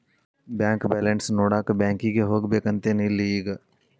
bank balance ನೋಡಾಕ ಬ್ಯಾಂಕಿಗೆ ಹೋಗ್ಬೇಕಂತೆನ್ ಇಲ್ಲ ಈಗ